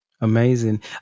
Amazing